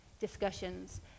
discussions